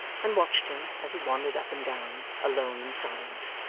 and watched him as he wandered up and down, alone and silent.